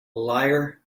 liar